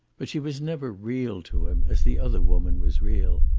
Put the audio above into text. but she was never real to him, as the other woman was real.